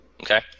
okay